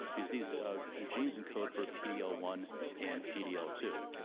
because these genes encode for p d l one and p d l two.